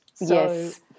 Yes